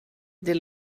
det